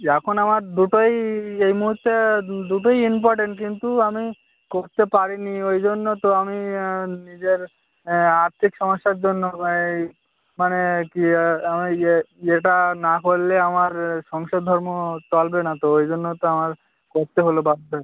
কী এখন আমার দুটোই এই মুহুর্তে দুটোই ইম্পরটেন্ট কিন্তু আমি করতে পারি নি ওই জন্য তো আমি নিজের আর্থিক সমস্যার জন্য এই মানে আর কী আমার ইয়ে ইয়েটা না করলে আমার সংসার ধর্ম চলবে না তো ওই জন্য তো আমার করতে হলো বাধ্য হয়ে